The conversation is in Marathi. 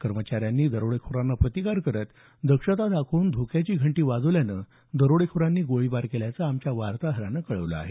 कर्मचाऱ्यांनी दरोडेखोरांना प्रतिकार करून दक्षता दाखवत धोक्याची घंटी वाजवल्यानं दरोडेखोरांनी गोळीबार केल्याचं आमच्या वार्ताहरानं कळवलं आहे